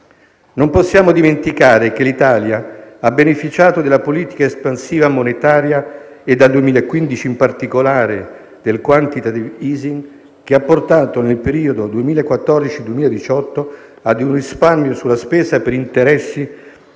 Non possiamo dimenticare che l'Italia ha beneficiato della politica espansiva monetaria dal 2015, in particolare, del *quantitative easing*, che ha portato nel periodo 2014-2018 a un risparmio sulla spesa per interessi